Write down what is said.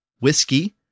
whiskey